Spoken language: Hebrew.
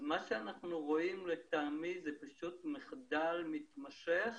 לטעמי מה שאנחנו רואים זה פשוט מחדל מתמשך,